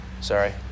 Sorry